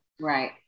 Right